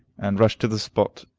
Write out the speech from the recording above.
and rush to the spot.